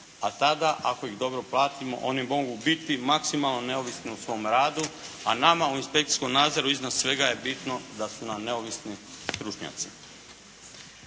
A tada ako ih dobro platimo oni mogu biti maksimalno neovisni u svom radu, a nama u inspekcijskom nadzoru iznad svega je bitno da su nam neovisni stručnjaci.